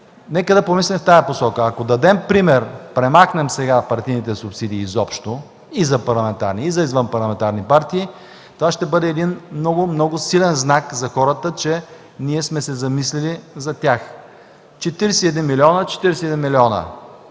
Нека да помислим в тази посока: Ако дадем пример, ако премахнем сега изобщо партийните субсидии и за парламентарни, и за извънпарламентарни партии, това ще бъде един много, много силен знак за хората, че ние мислим за тях. Четиридесет и един милиона